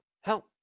Help